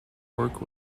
work